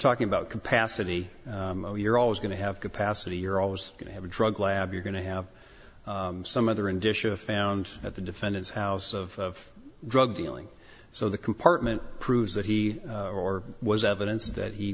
talking about capacity you're always going to have capacity you're always going to have a drug lab you're going to have some other and disha found at the defendant's house of drug dealing so the compartment proves that he or was evidence that he